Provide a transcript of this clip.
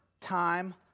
time